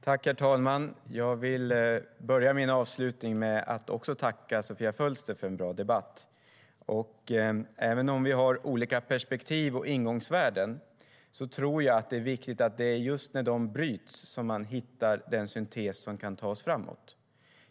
Herr talman! Jag vill börja mitt avslutande inlägg med att tacka Sofia Fölster för en bra debatt. Även om vi har olika perspektiv och ingångsvärden tror jag att det är viktigt att se att det är just när de bryts som man hittar den syntes som kan ta oss framåt.